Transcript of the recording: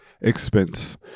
expense